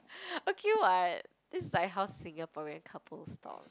okay [what] this is like how Singaporean couples talk